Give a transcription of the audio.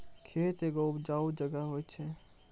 खेत एगो उपजाऊ जगह होय छै